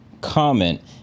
comment